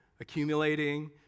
accumulating